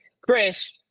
Chris